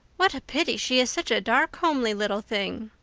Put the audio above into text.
what a pity she is such a dark, homely little thing.